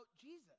Jesus